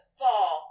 fall